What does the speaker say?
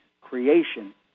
creation